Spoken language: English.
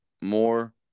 more